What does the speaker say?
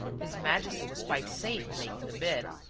his majesty was quite safe in making the bid.